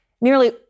nearly